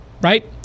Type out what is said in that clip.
right